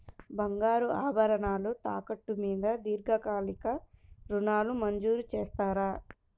బంగారు ఆభరణాలు తాకట్టు మీద దీర్ఘకాలిక ఋణాలు మంజూరు చేస్తారా?